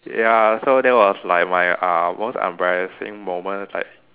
ya so that was like my uh most embarrassing moment like